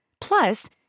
Plus